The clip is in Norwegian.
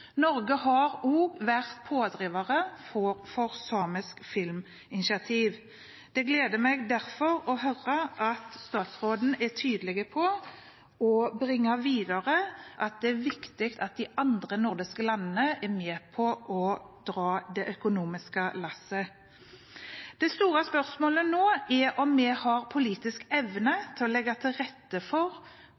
Norge har også vært pådriver for samisk filminitiativ. Det gleder meg derfor å høre at statsråden er tydelig på, og bringer videre, at det er viktig at de andre nordiske landene er med på å dra det økonomiske lasset. Det store spørsmålet nå er om vi har politisk evne til å legge til rette for